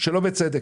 שלא בצדק.